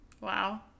Wow